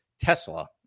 Tesla